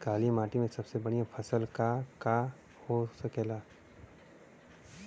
काली माटी में सबसे बढ़िया फसल का का हो सकेला?